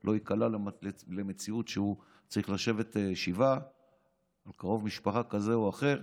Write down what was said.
לא ייקלע למציאות שהוא צריך לשבת שבעה על קרוב משפחה כזה או אחר.